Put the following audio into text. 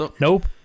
nope